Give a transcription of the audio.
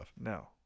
No